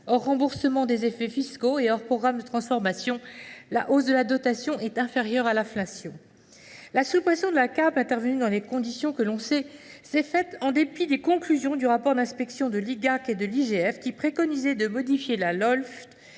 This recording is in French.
Hors remboursement des effets fiscaux et hors programme de transformation, la hausse de la dotation est inférieure à l’inflation. La suppression de la CAP, intervenue dans les conditions que l’on sait, s’est fait en dépit des conclusions du rapport de l’inspection générale des affaires culturelles (Igac) et de l’IGF, qui préconisait de modifier la Lolf